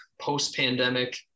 post-pandemic